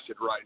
right